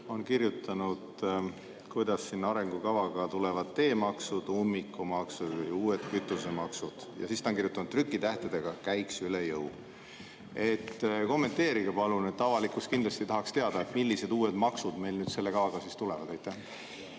kirjutanud, kuidas selle arengukavaga tulevad teemaksud, ummikumaksud, uued kütusemaksud. Ja siis ta on kirjutanud trükitähtedega: käiks üle jõu. Kommenteerige, palun! Avalikkus kindlasti tahaks teada, millised uued maksud meil selle kavaga siis tulevad. Aitäh!